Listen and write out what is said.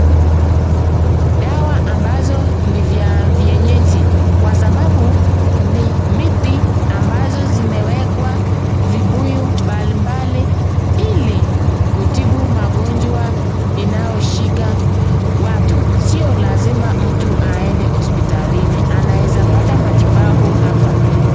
Dawa ambazo ni za kienyeji kwasababu ni miti ambazo zimewekwa vibuyu mbali mbali ili kitibu magonjwa inayoshika watu. Sio lazima mtu aende hospitalini anaweza pata matibabu hapa.